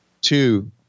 two